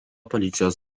policijos